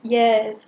yes